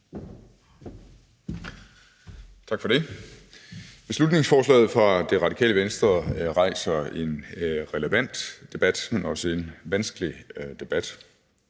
Tak for det. Beslutningsforslaget fra Det Radikale Venstre rejser en relevant debat, også en vanskelig debat.